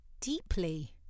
deeply